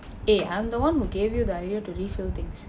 eh I'm the [one] who gave you the idea to refill things